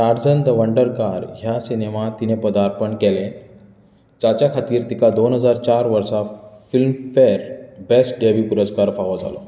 Tarzan the Wonder Car ह्या सिनेमांत तिणें पदार्पण केलें जाच्या खातीर तिका दोन हजार चार वर्सा फिल्मफेअर बेस्ट डेब्यू पुरस्कार फावो जालो